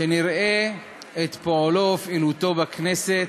שנראה את פועלו ופעילותו בכנסת,